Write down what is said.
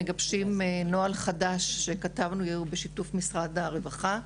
אנחנו מגבשים נוהל חדש שכתבנו בשיתוף משרד הרווחה.